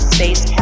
Space